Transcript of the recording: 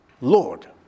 Lord